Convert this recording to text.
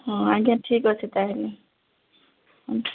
ହଁ ଆଜ୍ଞା ଠିକ ଅଛି ତା'ହେଲେ ହଁ